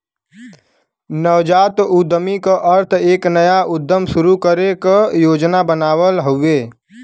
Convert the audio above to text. नवजात उद्यमी क अर्थ एक नया उद्यम शुरू करे क योजना बनावल हउवे